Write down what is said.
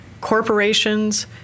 corporations